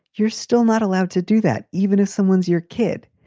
you're still not allowed to do that, even if someone's your kid.